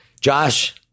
Josh